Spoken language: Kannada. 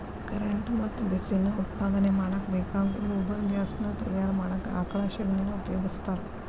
ಕರೆಂಟ್ ಮತ್ತ ಬಿಸಿ ನಾ ಉತ್ಪಾದನೆ ಮಾಡಾಕ ಬೇಕಾಗೋ ಗೊಬರ್ಗ್ಯಾಸ್ ನಾ ತಯಾರ ಮಾಡಾಕ ಆಕಳ ಶಗಣಿನಾ ಉಪಯೋಗಸ್ತಾರ